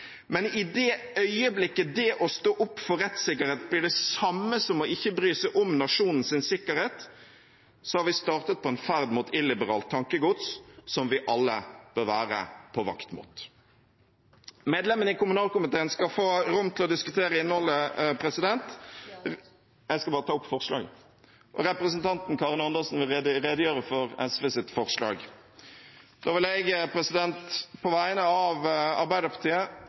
Men i det øyeblikket det å stå opp for rettssikkerhet blir det samme som ikke å bry seg om nasjonens sikkerhet, har vi startet på en ferd mot illiberalt tankegods som vi alle bør være på vakt mot. Medlemmene i kommunalkomiteen skal få rom til å diskutere innholdet, og representanten Karin Andersen vil redegjøre for SVs forslag. Da vil jeg på vegne av Arbeiderpartiet,